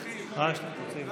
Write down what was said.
61 נגד, ההסתייגות